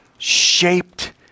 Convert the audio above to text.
shaped